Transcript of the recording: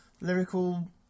lyrical